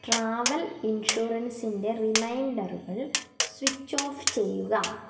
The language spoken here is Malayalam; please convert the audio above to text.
ട്രാവൽ ഇൻഷുറൻസിൻ്റെ റിമൈൻഡറുകൾ സ്വിച്ച് ഓഫ് ചെയ്യുക